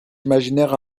imaginaire